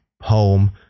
home